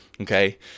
Okay